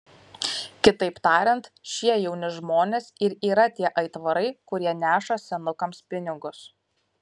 kitaip tariant šie jauni žmonės ir yra tie aitvarai kurie neša senukams pinigus